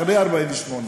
אחרי 1948,